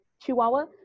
chihuahua